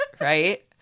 Right